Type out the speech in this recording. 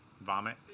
Vomit